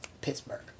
Pittsburgh